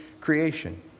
creation